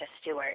Stewart